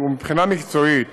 מבחינה מקצועית